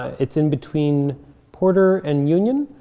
it's in between porter and union.